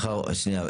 שנייה.